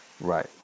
Right